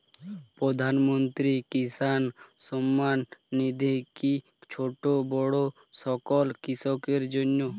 প্রধানমন্ত্রী কিষান সম্মান নিধি কি ছোটো বড়ো সকল কৃষকের জন্য?